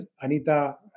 Anita